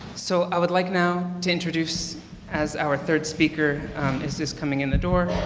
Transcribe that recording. so i would like now to introduce as our third speaker is just coming in the door.